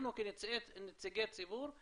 אנחנו, כנציגי ציבור,